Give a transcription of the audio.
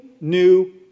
new